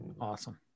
Awesome